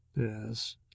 Yes